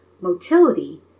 motility